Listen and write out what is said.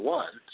one